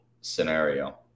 scenario